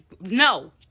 No